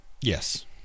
Yes